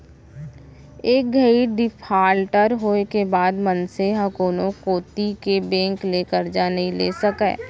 एक घइत डिफाल्टर होए के बाद मनसे ह कोनो कोती के बेंक ले करजा नइ ले सकय